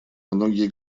многие